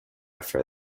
for